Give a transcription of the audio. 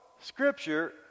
Scripture